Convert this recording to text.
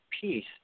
peace